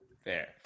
Fair